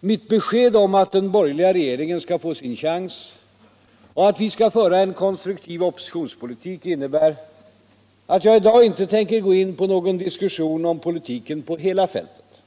Mitt besked om att den borgerliga regeringen skall få sin chans och att vi skall föra en konstruktiv opposittonspolitik innebär att jag I dag inte tänker gå in i någon diskussion om politiken på hela fältet.